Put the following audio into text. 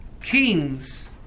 kings